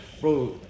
Bro